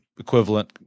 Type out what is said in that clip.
Equivalent